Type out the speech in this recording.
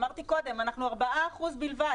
אמרתי קודם: אנחנו 4% בלבד.